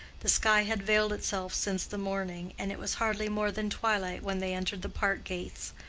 the sky had veiled itself since the morning, and it was hardly more than twilight when they entered the park-gates,